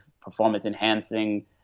performance-enhancing